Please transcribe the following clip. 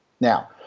Now